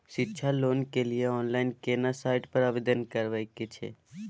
शिक्षा लोन के लिए ऑनलाइन केना साइट पर आवेदन करबैक छै?